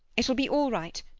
it will be all right.